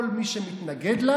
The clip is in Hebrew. כל מי שמתנגד לה